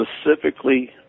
specifically